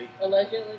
Allegedly